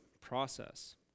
process